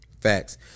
facts